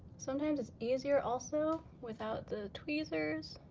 sometimes it's easier, also, without the tweezers,